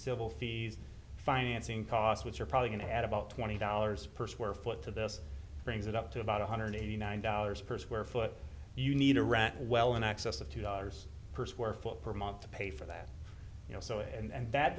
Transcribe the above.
civil fees financing costs which are probably going to add about twenty dollars per square foot to this brings it up to about one hundred eighty nine dollars per square foot you need a rat well in excess of two dollars per square foot per month to pay for that you know so and